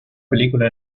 película